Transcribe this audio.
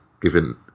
given